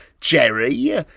Jerry